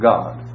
God